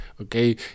Okay